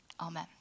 Amen